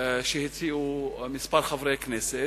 שהציעו כמה חברי כנסת,